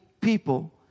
people